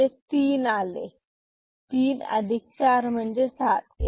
म्हणजे तीन आले तीन अधिक चार म्हणजे सात